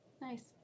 Nice